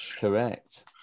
correct